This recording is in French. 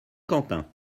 quentin